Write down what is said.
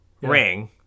ring